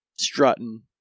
Strutting